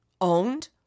owned